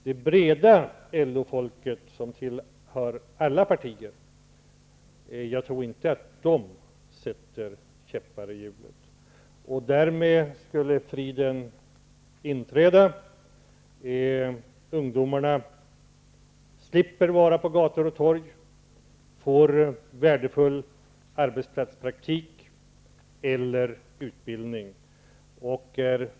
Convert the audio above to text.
Jag tror inte att folket i de breda lagren inom LO, som tillhör alla partier, sätter käppar i hjulet. Därmed skulle friden inträda. Ungdomarna slipper vara på gator och torg och får värdefull arbetsplatspraktik eller utbildning.